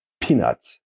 peanuts